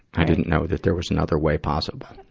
i didn't know that there was another way possible.